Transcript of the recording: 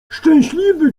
szczęśliwy